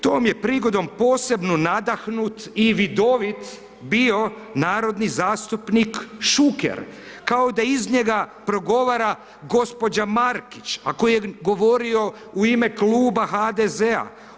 Tom je prigodom posebno nadahnut i vidovit bio narodni zastupnik Šuker, kao da iz njega progovara gđa. Markić, a koji je govorio u ime kluba HDZ-a.